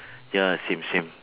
ya same same